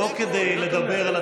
לא תומך.